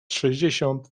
sześćdziesiąt